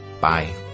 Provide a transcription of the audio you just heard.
Bye